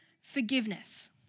forgiveness